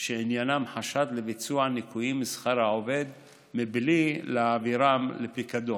שעניינם חשד לביצוע ניכויים משכר העובד מבלי להעבירם לפיקדון.